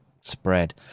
spread